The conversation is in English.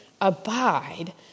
abide